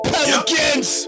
Pelicans